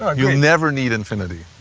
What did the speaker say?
ah you never need infinity.